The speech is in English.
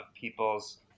people's